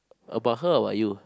about her or about you